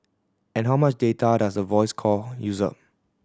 and how much data does a voice call use up